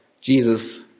Jesus